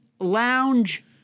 lounge